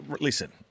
listen